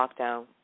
lockdown